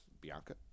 bianca